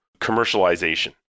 commercialization